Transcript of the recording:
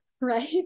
right